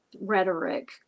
rhetoric